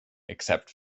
except